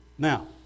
Now